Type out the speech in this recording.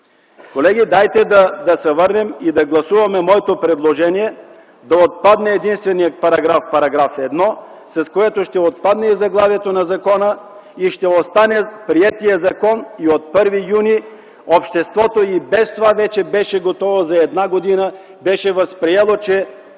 Колеги, дайте да се върнем и да гласуваме моето предложение да отпадне единственият § 1, с което ще отпадне и заглавието на закона и ще остане приетият закон. От 1 юни обществото и без това вече беше готово, за една година беше възприело, че